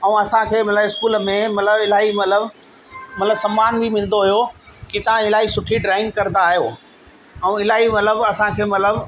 ऐं असांखे मतिलबु स्कूल में मतिलबु इलाही मतिलबु मतिलबु सम्मान बि मिलंदो हुओ की तव्हां इलाही सुठी ड्राईंग कंदा आहियो ऐं इलाही मतिलबु असांखे मतिलबु